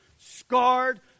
scarred